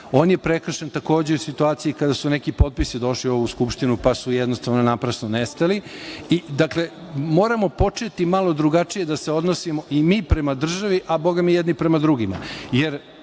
On je prekršen, takođe, u situaciji kada su neki potpisi došli u ovu Skupštinu, pa su naprasno nestali. Dakle, moramo početi malo drugačije da se odnosimo i mi prema državi, a bogami i jedni prema drugima,